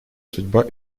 судьба